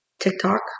TikTok